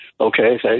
Okay